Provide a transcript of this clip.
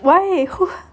why who